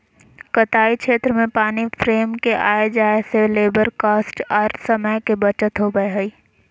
कताई क्षेत्र में पानी फ्रेम के आय जाय से लेबर कॉस्ट आर समय के बचत होबय हय